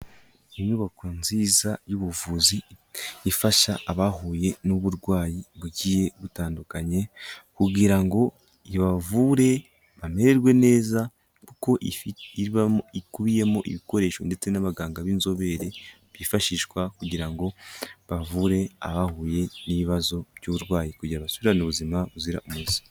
Inyubako nziza y'ubuvuzi ifasha abahuye n'uburwayi bugiye butandukanye kugira ngo ibavure bamererwe neza kuko ibamo, ikubiyemo ibikoresho ndetse n'abaganga b'inzobere byifashishwa kugira ngo bavure abahuye n'ibibazo by'uburwayi kugira basubirane ubuzima buzira umuze.